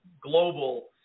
global